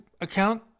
account